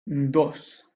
dos